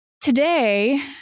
today